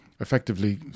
effectively